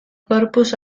corpus